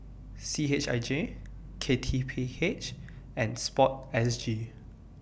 C H I J K T P H and Sport S G